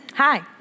Hi